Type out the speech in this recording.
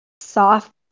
soft